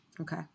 Okay